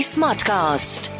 Smartcast